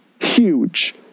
Huge